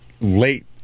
late